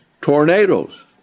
tornadoes